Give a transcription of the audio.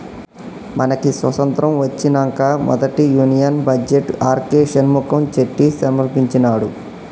మనకి స్వతంత్రం ఒచ్చినంక మొదటి union budget R K Shanmukham Chetty సమర్పించినాడు